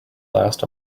last